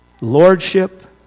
lordship